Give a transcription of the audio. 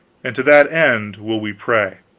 and to that end will we pray.